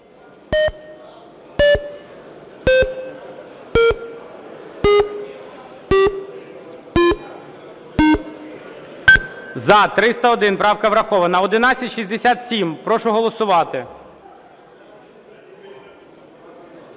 За-301 Правка врахована. 1167. Прошу голосувати.